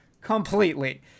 completely